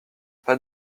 pas